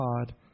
God